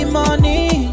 money